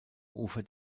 ufer